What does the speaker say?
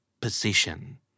position